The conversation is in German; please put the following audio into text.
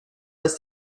ist